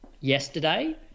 yesterday